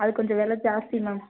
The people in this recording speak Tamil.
அது கொஞ்சம் விலை ஜாஸ்தி மேம்